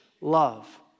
love